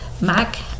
Mac